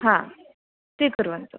हा स्वीकुर्वन्तु